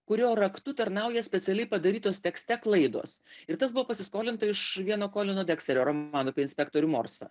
kurio raktu tarnauja specialiai padarytos tekste klaidos ir tas buvo pasiskolinta iš geno kolino deksterio romanų inspektorių morsą